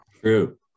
True